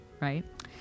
right